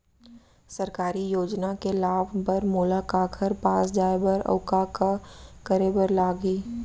सरकारी योजना के लाभ बर मोला काखर पास जाए बर अऊ का का करे बर लागही?